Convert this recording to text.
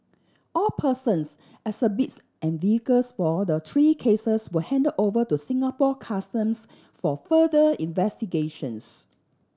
all persons exhibits and vehicles for the three cases were handed over to Singapore Customs for further investigations